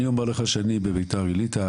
אני אומר לך שבביתר עילית,